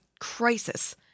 crisis